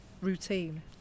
routine